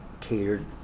catered